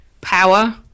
power